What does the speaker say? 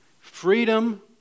Freedom